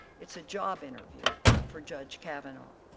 it is a job interview for judge kavanaugh.